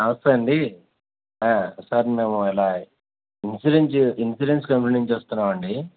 నమస్తే అండి సార్ మేము ఇలా ఇన్సూరెన్స్ చెయ్ ఇన్సూరెన్స్ కంపెనీ నుంచి వస్తున్నామండీ